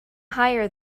higher